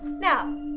now,